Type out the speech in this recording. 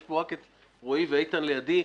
ויש כאן רק את רועי פולקמן ואיתן כבל לידי,